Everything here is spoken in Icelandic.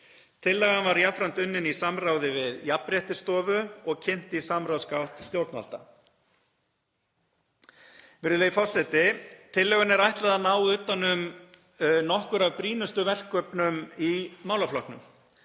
Tillagan var jafnframt unnin í samráði við Jafnréttisstofu og kynnt í samráðsgátt stjórnvalda. Virðulegi forseti. Tillögunni er ætlað að ná utan um nokkur af brýnustu verkefnum í málaflokknum.